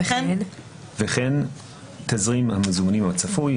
וכן תזרים המזומנים הצפוי,